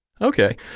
Okay